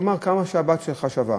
הוא אמר: כמה שהבת שלך שווה.